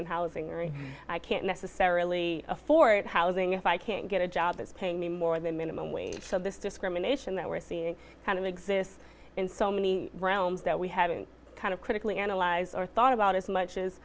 and housing and i can't necessarily afford housing if i can't get a job is paying me more than minimum wage so this discrimination that we're seeing kind of exists in so many realms that we haven't kind of critically analyze or thought about as much